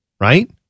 Right